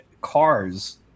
cars